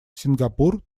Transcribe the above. сингапур